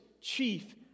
chief